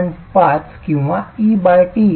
5 किंवा et 0